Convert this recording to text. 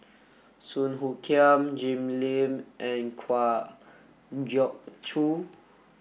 Song Hoot Kiam Jim Lim and Kwa Geok Choo